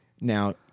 Now